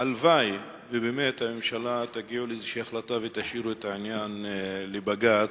הלוואי שבאמת הממשלה תגיע לאיזו החלטה ותשאירו את העניין לבג"ץ.